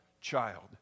child